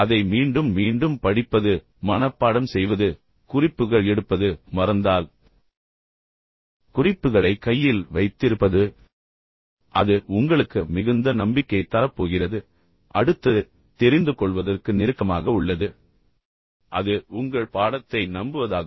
அதை மீண்டும் மீண்டும் படிப்பது மனப்பாடம் செய்வது குறிப்புகள் எடுப்பது மறந்தால் குறிப்புகளை கையில் வைத்திருப்பது எனவே அது உங்களுக்கு மிகுந்த நம்பிக்கையைத் தரப் போகிறது பின்னர் அடுத்தது தெரிந்து கொள்வதற்கு நெருக்கமாக உள்ளது அது உங்கள் பாடத்தை நம்புவதாகும்